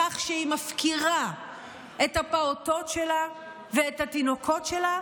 בכך שהיא מפקירה את הפעוטות שלה ואת התינוקות שלה,